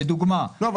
לדוגמה --- לא,